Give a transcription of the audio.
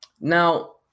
Now